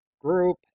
group